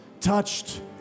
Touched